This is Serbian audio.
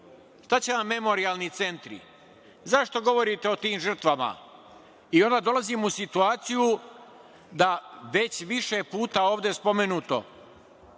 šta će vam memorijalni centri, zašto govorite o tim žrtvama. Onda dolazimo u situaciju da već više puta ovde spomenuto,